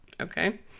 Okay